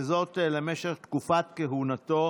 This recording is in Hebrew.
וזאת למשך תקופת כהונתו